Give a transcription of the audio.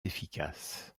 efficaces